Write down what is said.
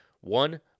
one